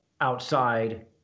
outside